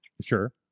sure